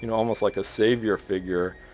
you know almost like a savior figure,